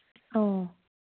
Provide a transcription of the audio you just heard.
ꯑꯣ